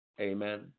Amen